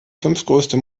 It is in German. fünftgrößte